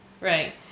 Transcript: Right